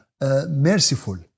merciful